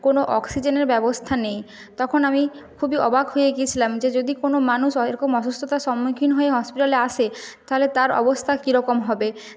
কোনও অক্সিজেনের ব্যবস্থা নেই তখন আমি খুবই অবাক হয়ে গিয়েছিলাম যে যদি কোনও মানুষ হয় এরকম অসুস্থতার সম্মুখীন হয়ে হসপিটালে আসে তাহলে তার অবস্থা কীরকম হবে